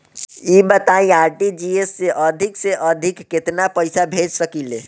ई बताईं आर.टी.जी.एस से अधिक से अधिक केतना पइसा भेज सकिले?